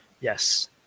Yes